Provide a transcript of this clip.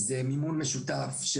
זה מימון משותף,